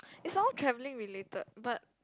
is all travelling related but